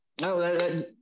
No